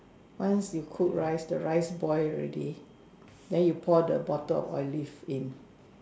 once you cook rice the rice boil already then you pour the bottle of Olive in